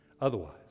otherwise